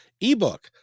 ebook